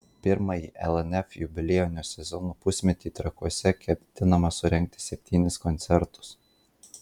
pirmąjį lnf jubiliejinio sezono pusmetį trakuose ketinama surengti septynis koncertus